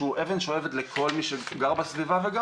שהוא אבן שואבת לכל מי שגר בסביבה וגם